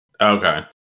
Okay